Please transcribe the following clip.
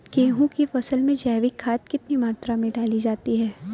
गेहूँ की फसल में जैविक खाद कितनी मात्रा में डाली जाती है?